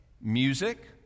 Music